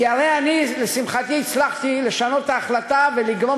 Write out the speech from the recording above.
כי הרי אני לשמחתי הצלחתי לשנות את ההחלטה ולגרום